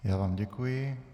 Já vám děkuji.